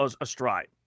astride